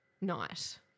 night